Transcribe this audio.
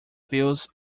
views